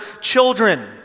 children